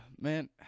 man